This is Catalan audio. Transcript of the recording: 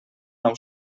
nou